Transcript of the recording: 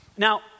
Now